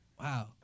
Wow